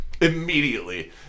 immediately